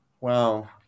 Wow